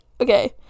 okay